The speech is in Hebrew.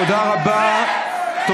תודה רבה.